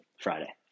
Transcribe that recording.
Friday